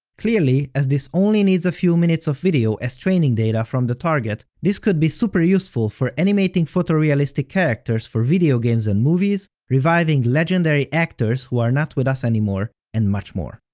clearly, as this only needs a few minutes of video as training data from the target, this could be super useful for animating photorealistic characters for video games and movies, reviving legendary actors who are not with us anymore, and much more.